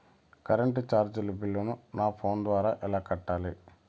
Current చార్జీల బిల్లును, నా ఫోను ద్వారా ఎలా కట్టాలి?